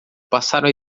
passaram